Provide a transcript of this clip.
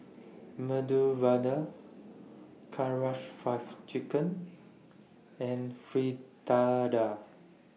Medu Vada Karaage five Chicken and Fritada